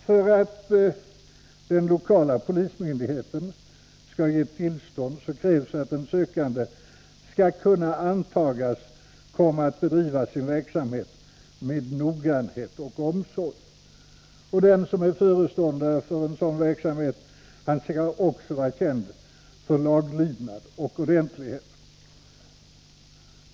För att den lokala polismyndigheten skall ge tillstånd krävs att den sökande skall kunna antas komma att bedriva sin verksamhet med noggrannhet och omsorg. En föreståndare för sådan verksamhet skall också vara känd för laglydnad och ordentlighet.